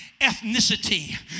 ethnicity